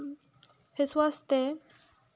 face wash ᱛᱮ